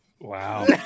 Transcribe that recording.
wow